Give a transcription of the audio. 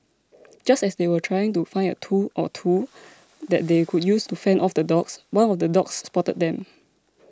just as they were trying to find a tool or two that they could use to fend off the dogs one of the dogs spotted them